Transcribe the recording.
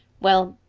well,